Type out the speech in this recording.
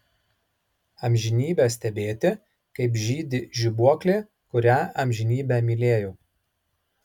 amžinybę stebėti kaip žydi žibuoklė kurią amžinybę mylėjau